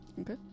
Okay